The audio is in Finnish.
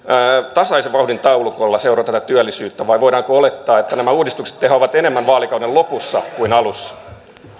tasaisen vauhdin taulukolla seurata tätä työllisyyttä vai voidaanko olettaa että nämä uudistukset tehoavat enemmän vaalikauden lopussa kuin alussa